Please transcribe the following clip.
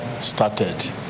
started